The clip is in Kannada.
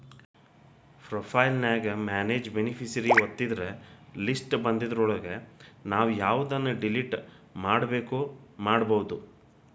ಪ್ರೊಫೈಲ್ ನ್ಯಾಗ ಮ್ಯಾನೆಜ್ ಬೆನಿಫಿಸಿಯರಿ ಒತ್ತಿದ್ರ ಲಿಸ್ಟ್ ಬನ್ದಿದ್ರೊಳಗ ನಾವು ಯವ್ದನ್ನ ಡಿಲಿಟ್ ಮಾಡ್ಬೆಕೋ ಮಾಡ್ಬೊದು